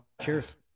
Cheers